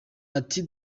ati